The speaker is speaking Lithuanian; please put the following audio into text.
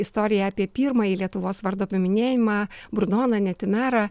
istoriją apie pirmąjį lietuvos vardo paminėjimą brunoną netimerą